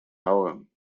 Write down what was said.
ahogan